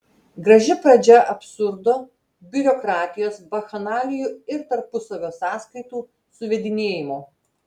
graži pradžia absurdo biurokratijos bakchanalijų ir tarpusavio sąskaitų suvedinėjimo